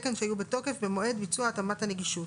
התקן שהיו בתוקף במועד ביצוע התאמת הנגישות,